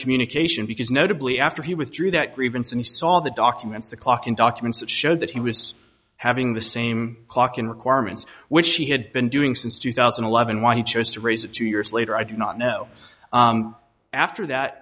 communication because notably after he withdrew that grievance and you saw the documents the clock in documents that showed that he was having the same clock and requirements which he had been doing since two thousand and eleven why he chose to raise it to your slater i do not know after that